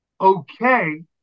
okay